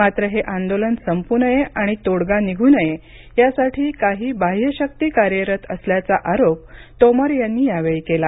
मात्र हे आंदोलन संपू नये आणि आणि तोडगा निघू नये यासाठी काही बाह्य शक्ती कार्यरत असल्याचा आरोप ही तोमर यांनी यावेळी केला